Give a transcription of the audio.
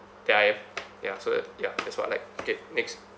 that I am ya so ya that's what I like okay next